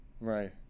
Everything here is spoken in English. Right